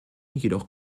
jedoch